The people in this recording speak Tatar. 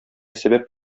сәбәп